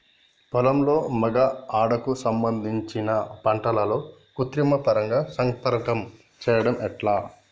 పొలంలో మగ ఆడ కు సంబంధించిన పంటలలో కృత్రిమ పరంగా సంపర్కం చెయ్యడం ఎట్ల?